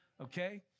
okay